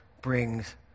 brings